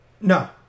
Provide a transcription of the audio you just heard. No